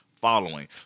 following